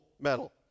medal